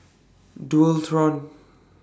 Dualtron